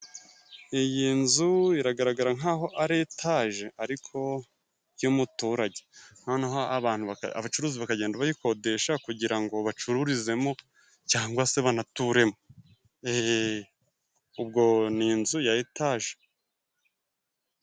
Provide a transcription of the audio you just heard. Iyi nzu iragaragara nk'aho ari etaje ariko y'umuturage. Noneho abacuruzi bakagenda bayikodesha kugira ngo bacurururizemo cyangwa se banaturemo. Ubwo ni inzu ya etaje.